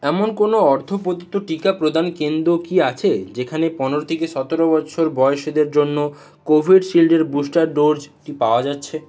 এমন কোনও অর্থ প্রদত্ত টিকাপ্রদান কেন্দ্র কি আছে যেখানে পনেরো থেকে সতেরো বছর বয়সেদের জন্য কোভিডশিল্ডের বুস্টার ডোজটি পাওয়া যাচ্ছে